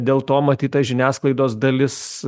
dėl to matyt tai žiniasklaidos dalis